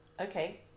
Okay